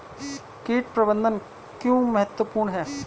कीट प्रबंधन क्यों महत्वपूर्ण है?